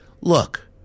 Look